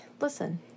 listen